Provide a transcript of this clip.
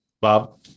Bob